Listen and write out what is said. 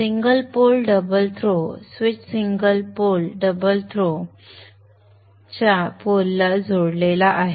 single pole double throw switch single pole double throw switch च्या पोलला जोडलेला आहे